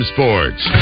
Sports